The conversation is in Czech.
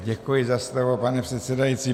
Děkuji za slovo, pane předsedající.